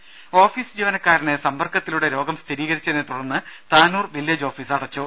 ദേദ ഓഫീസ് ജീവനക്കാരന് സമ്പർക്കത്തിലൂടെ രോഗം സ്ഥിരീകരിച്ചതിനെ തുടർന്ന് താനൂർ വില്ലേജ് ഓഫീസ് അടച്ചു